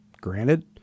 Granted